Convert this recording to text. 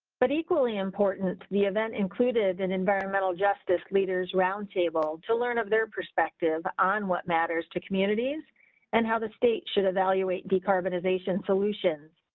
but equally important, the event included an environmental justice leaders roundtable to learn of their perspective on what matters to communities and how the state should evaluate decarbonization solutions.